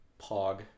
Pog